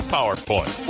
PowerPoint